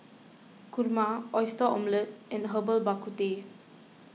Kurma Oyster Omelette and Herbal Bak Ku Teh